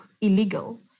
illegal